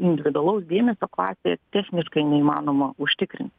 individualaus dėmesio klasėje techniškai neįmanoma užtikrinti